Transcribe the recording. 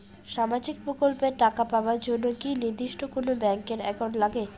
সামাজিক প্রকল্পের টাকা পাবার জন্যে কি নির্দিষ্ট কোনো ব্যাংক এর একাউন্ট লাগে?